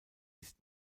ist